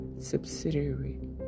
subsidiary